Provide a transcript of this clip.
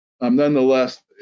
Nonetheless